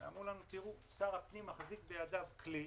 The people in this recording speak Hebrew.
ואמרו לנו: תראו, שר הפנים מחזיק בידיו כלי